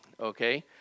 Okay